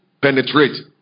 penetrate